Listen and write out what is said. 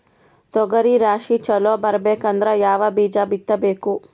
ತೊಗರಿ ರಾಶಿ ಚಲೋ ಬರಬೇಕಂದ್ರ ಯಾವ ಬೀಜ ಬಿತ್ತಬೇಕು?